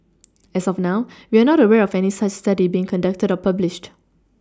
as of now we are not aware of any such study being conducted or published